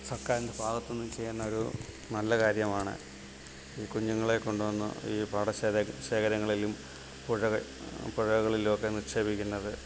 സർക്കാരിൻ്റെ ഭാഗത്തു നിന്നും ചെയ്യുന്ന ഒരു നല്ല കാര്യമാണ് ഈ കുഞ്ഞുങ്ങളെ കൊണ്ടു വന്നു ഈ പാടശേര ശേഖരങ്ങളിലും പുഴകളിലുമൊക്കെ നിക്ഷേപിക്കുന്നത്